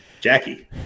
Jackie